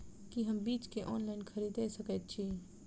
की हम बीज केँ ऑनलाइन खरीदै सकैत छी?